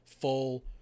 full